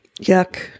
Yuck